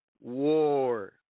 war